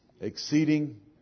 Exceeding